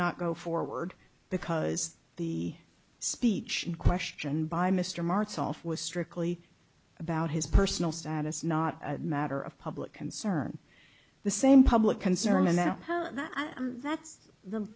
not go forward because the speech in question by mr martz off was strictly about his personal status not a matter of public concern the same public concern and that how i'm that's the